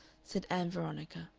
said ann veronica,